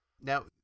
Now